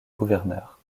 gouverneurs